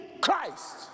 Christ